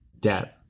debt